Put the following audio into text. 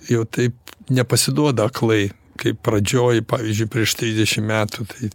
jau taip nepasiduoda aklai kaip pradžioj pavyzdžiui prieš trisdešim metų tai